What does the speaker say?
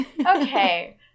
Okay